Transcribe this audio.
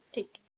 ठीक आहे